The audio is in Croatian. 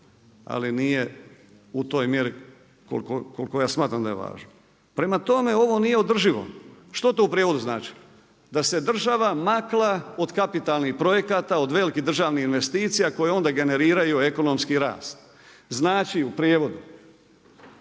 ali nije u toj mjeri koliko ja smatram da je važno. Prema tome ovo nije održivo. Što to u prijevodu znači? Da se država maknula od kapitalnih projekata, od velikih državnih investicija koje onda generiraju ekonomski rast. Znači u prijevodu,